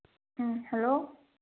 hello